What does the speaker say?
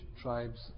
tribes